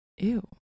Ew